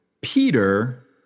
Peter